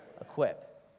Equip